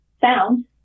sound